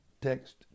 Text